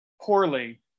poorly